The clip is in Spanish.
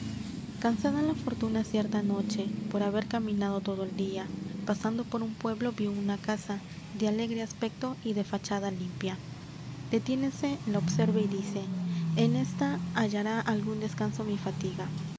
goírphrcros cansada la fortuna cierta noche por haber caminado todo el día pasando por un pueblo vio una casa de alegre aspecto y de fachada limpia detiénese la observa y dice en ésta hallará algún descanso m i fatiga